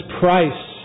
price